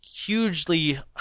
hugely